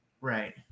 Right